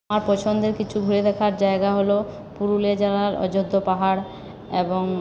আমার পছন্দের কিছু ঘুরে দেখার জায়গা হলো পুরুলিয়া জেলার অযোধ্যা পাহাড় এবং